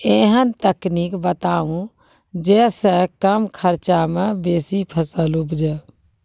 ऐहन तकनीक बताऊ जै सऽ कम खर्च मे बेसी फसल उपजे?